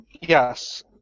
yes